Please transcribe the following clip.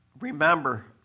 Remember